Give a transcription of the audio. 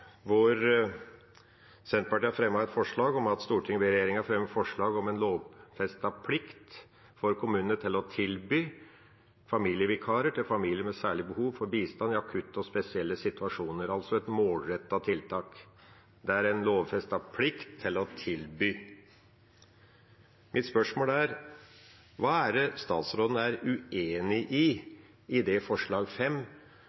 hvor Senterpartiet har fremmet et forslag hvor en «ber regjeringen fremme forslag om en lovfestet plikt for kommunene til å tilby familievikar til familier med særlige behov for bistand i akutte og spesielle situasjoner» – altså et målrettet tiltak. Det er en lovfestet plikt til å tilby. Mitt spørsmål er: Hva er statsråden uenig